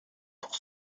pour